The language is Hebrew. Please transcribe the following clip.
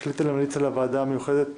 החליטה להמליץ על הוועדה המיוחדת